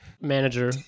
manager